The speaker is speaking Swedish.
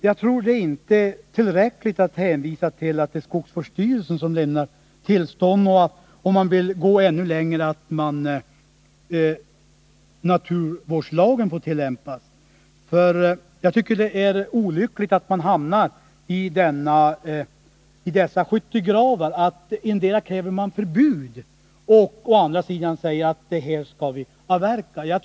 Jag tror inte det är tillräckligt att hänvisa till att det är skogsvårdsstyrelsen som lämnar tillstånd, och, om man vill gå ännu längre, att naturvårdslagen får tillämpas. Jag tycker att det är olyckligt att man hamnar i dessa skyttegravar, nämligen att endera krävs förbud eller också klartecken för avverkning.